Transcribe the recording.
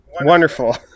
Wonderful